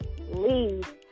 leave